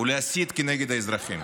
ולהסית כנגד האזרחים.